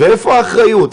ואיפה האחריות?